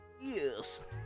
Yes